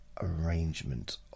arrangement